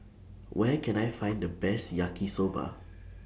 Where Can I Find The Best Yaki Soba